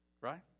Right